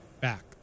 back